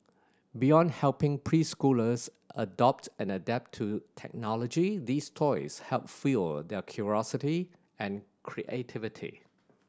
beyond helping preschoolers adopt and adapt to technology these toys help fuel their curiosity and creativity